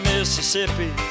Mississippi